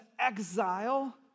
exile